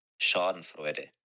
Schadenfreude